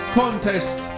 contest